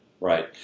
Right